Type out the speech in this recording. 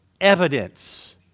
Evidence